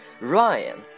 Ryan